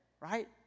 right